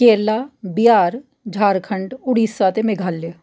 केरला बिहार झारखंड उड़ीसा ते मेघालय